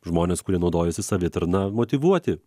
žmones kurie naudojasi savitarna motyvuoti